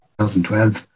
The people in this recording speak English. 2012